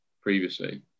previously